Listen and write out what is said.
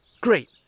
Great